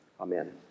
Amen